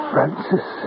Francis